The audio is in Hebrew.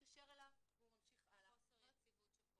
התקשר אליו והוא ממשיך הלאה --- חוסר יציבות שפוגעת.